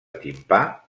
timpà